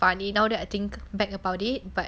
funny now that I think back about it but